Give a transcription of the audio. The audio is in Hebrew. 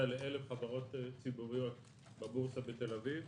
ל-1,000 חברות ציבוריות בבורסה בתל אביב,